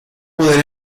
poder